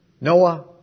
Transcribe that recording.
Noah